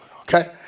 okay